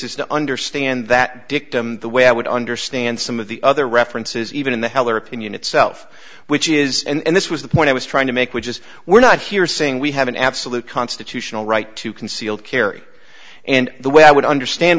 is to understand that dictum the way i would understand some of the other references even in the heller opinion itself which is and this was the point i was trying to make which is we're not here saying we have an absolute constitutional right to concealed carry and the way i would understand